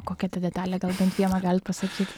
kokia ta detalė gal bent vieną galit pasakyt